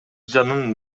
жанын